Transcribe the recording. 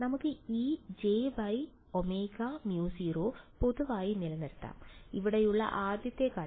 നമുക്ക് ഈ jωμ0 പൊതുവായി നിലനിർത്താം ഇവിടെയുള്ള ആദ്യത്തെ ഘടകം